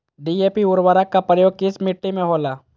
DAP उर्वरक का प्रयोग किस मिट्टी में होला?